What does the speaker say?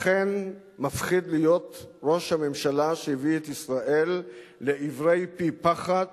אכן מפחיד להיות ראש הממשלה שהביא את ישראל לעברי פי פחת